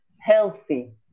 healthy